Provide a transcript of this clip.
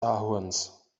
ahorns